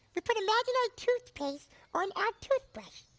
we put imaginary toothpaste on our toothbrush.